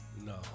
No